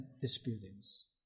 disputings